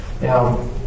Now